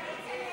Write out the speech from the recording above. בעד הצעת סיעת